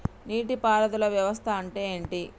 నీటి పారుదల వ్యవస్థ అంటే ఏంటి?